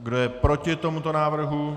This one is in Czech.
Kdo je proti tomuto návrhu?